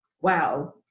wow